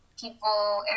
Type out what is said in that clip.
people